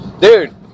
Dude